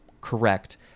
Correct